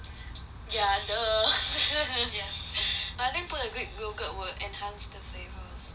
ya !duh! I think put the greek yoghurt will enhance the flavours